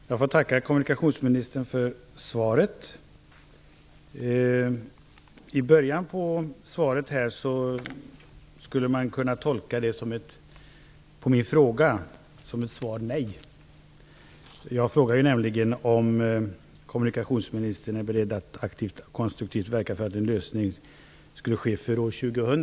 Herr talman! Jag tackar kommunikationsministern för svaret. Man skulle kunna tolka början av svaret som ett nej. Jag frågade nämligen om kommunikationsministern är beredd att aktivt och konstruktivt verka för en lösning före år 2000.